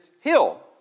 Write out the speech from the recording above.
hill